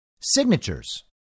signatures